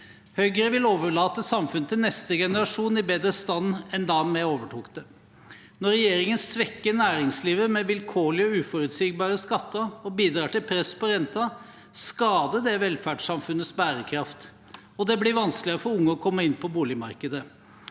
Høyre vil overlate samfunnet til neste generasjon i bedre stand enn da vi overtok det. Når regjeringen svekker næringslivet med vilkårlige og uforutsigbare skatter og bidrar til press på renten, skader det velferdssamfunnets bærekraft, og det blir vanskeligere for unge å komme inn på boligmarkedet.